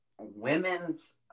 women's